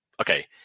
okay